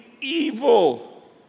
evil